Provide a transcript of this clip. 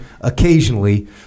occasionally